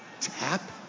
Tap